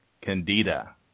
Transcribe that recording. Candida